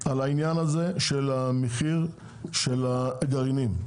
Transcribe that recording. על העניין הזה של המחיר של הגרעינים.